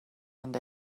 and